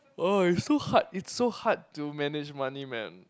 oh it's so hard it's so hard to manage money man